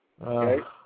Okay